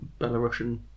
Belarusian